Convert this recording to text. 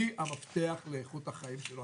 היא המפתח לאיכות החיים שלו,